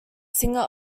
singer